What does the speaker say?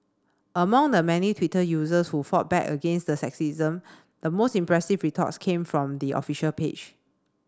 among the many Twitter users who fought back against the sexism the most impressive retorts came from the official page